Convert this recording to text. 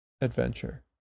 adventure